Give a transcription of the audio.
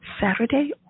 Saturday